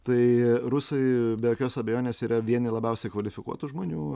tai rusai be jokios abejonės yra vieni labiausiai kvalifikuotų žmonių